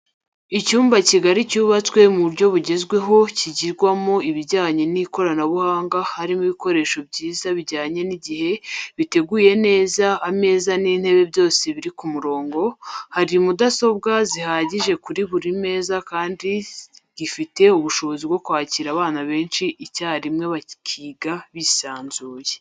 Icyumba kigari cyubatse ku buryo bwugezweho kigirwamo ibijyanye n'ikoranabuhanga harimo ibikoresho byiza bijyanye n'igihe, giteguye neza ameza n'intebe byose biri ku murongo ,hari mudasobwa zihagije kuri buri meza kandi gifite ubushobozi bwo kwakira abana benshi icyarimwe bakiga bisanzuye.